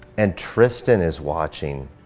and tristan is watching.